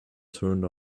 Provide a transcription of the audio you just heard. turned